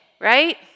right